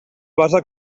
base